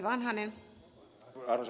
arvoisa puhemies